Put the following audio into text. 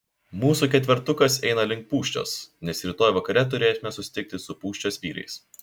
mūsų ketvertukas eina link pūščios nes rytoj vakare turėsime susitikti su pūščios vyrais